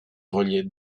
reliait